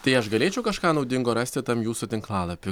tai aš galėčiau kažką naudingo rasti tam jūsų tinklalapy